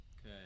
Okay